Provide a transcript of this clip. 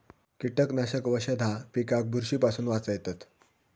कीटकनाशक वशधा पिकाक बुरशी पासून वाचयतत